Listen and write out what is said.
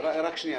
רק שנייה.